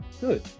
good